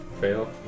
Fail